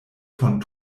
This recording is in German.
von